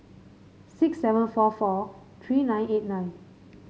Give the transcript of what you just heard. six seven four four three nine eight nine